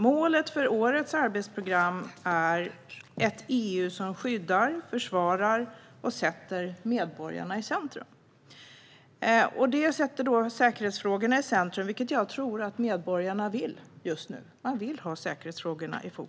Målet för årets arbetsprogram är ett EU som skyddar, försvarar och sätter medborgarna i centrum. Det sätter säkerhetsfrågorna i fokus, vilket jag tror att medborgarna vill just nu.